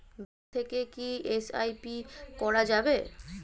Bank থেকে কী SIP করা যাবে?